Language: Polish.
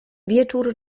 wieczór